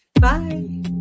Bye